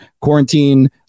Quarantine